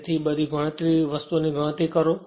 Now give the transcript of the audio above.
તેથી બધી વસ્તુઓ ની ગણતરી કરો